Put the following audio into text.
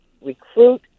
recruit